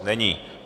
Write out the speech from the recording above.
Není.